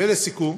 לסיכום,